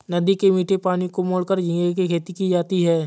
नदी के मीठे पानी को मोड़कर झींगे की खेती की जाती है